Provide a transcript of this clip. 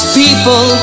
people